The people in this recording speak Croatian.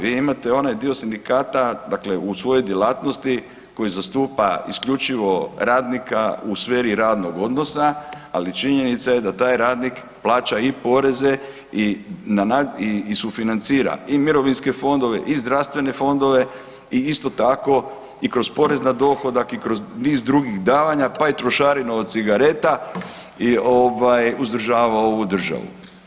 Vi imate onaj dio sindikata dakle u svojoj djelatnosti koji zastupa isključivo radnika u sferi radnog odnosa, ali činjenica je da taj radnik plaća i poreze i sufinancira i mirovinske fondove, i zdravstvene fondove i isto tako i kroz porez na dohodak, i kroz niz drugih davanja pa i trošarinu od cigareta uzdržava ovu državu.